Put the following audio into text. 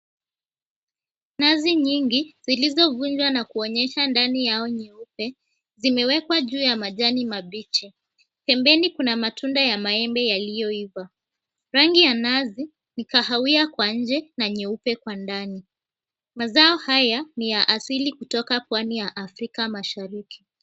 Nazi nyingi zilizovunjwa na kuonyesha ndani yao nyeupe zimewekwa juu ya manjani mabichi. Pembeni kuna matunda ya maembe yaliyoiva. Rangi ya nazi ni kahawia kwa nje na nyeupe kwa ndani. Mazao haya ni ya asili kutoka Pwani ya Afrika Mashariki.